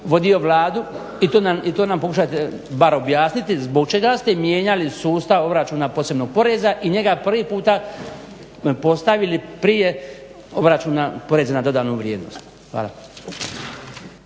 vodio Vladu i to nam pokušajte barem objasniti zbog čega ste mijenjali sustav obračuna posebnog poreza i njega prvi puta postavili prije obračuna poreza na dodanu vrijednost. Hvala.